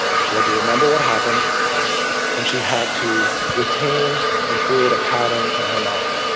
she had to remember what happened and she had to retain and create a pattern in her mind.